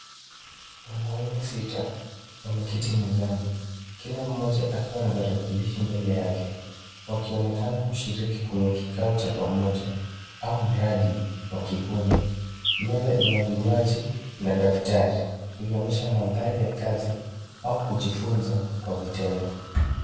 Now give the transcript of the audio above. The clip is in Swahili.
Wanaume sita wameketi mezani kila mmoja akiwa na tarakilishi mbele yake wakionekana kushiriki kwenye kikao cha pamoja au mradi wa kikundi. Meza ina vinywaji na daftari ikionyesha mandhari ya kazi au kujifunza kwa vitendo.